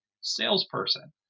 salesperson